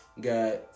got